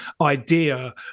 idea